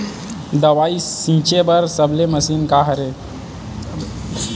दवाई छिंचे बर सबले मशीन का हरे?